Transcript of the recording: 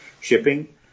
shipping